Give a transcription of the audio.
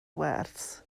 wers